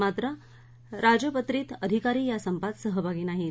मात्र राजपत्रित अधिकारी या संपात सहभागी नाहीत